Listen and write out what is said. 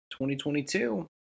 2022